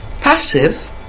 passive